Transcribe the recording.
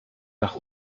nach